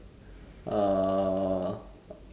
uh